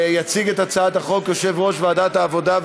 יציג את הצעת החוק יושב-ראש ועדת העבודה,